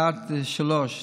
יעד 3,